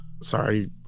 Sorry